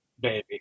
baby